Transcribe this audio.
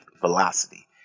velocity